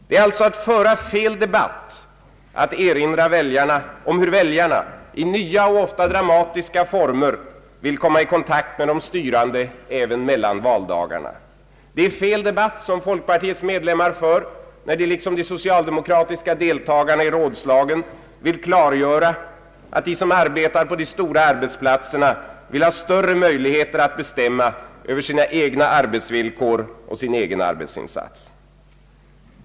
Det är alltså att föra fel debatt att erinra om hur väljarna i nya och ofta dramatiska former vill komma i kontakt med de styrande även mellan valdagarna. Det är fel debatt som folkpartiets medlemmar för, när de liksom socialdemokratins deltagare i rådslagen vill klargöra, att de som arbetar på de stora arbetsplatserna vill ha större möjligheter att bestämma över sina egna arbetsvillkor och sin egen arbetsinsats.